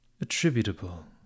attributable